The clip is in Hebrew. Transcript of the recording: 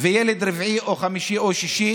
וילד רביעי או חמישי או שישי